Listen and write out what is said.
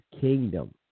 kingdom